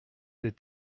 des